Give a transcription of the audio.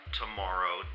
tomorrow